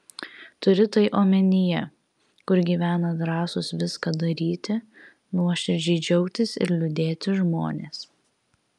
turi tai omenyje kur gyvena drąsūs viską daryti nuoširdžiai džiaugtis ir liūdėti žmonės